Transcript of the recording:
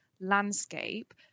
landscape